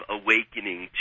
awakening